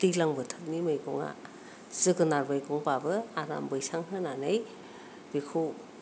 दैज्लां बोथोरनि मैगङा जोगोनार मैगंबाबो आराम बैसां होनानै बेखौ